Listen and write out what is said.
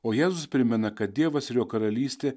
o jėzus primena kad dievas ir jo karalystė